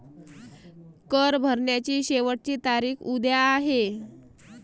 कर भरण्याची शेवटची तारीख उद्या आहे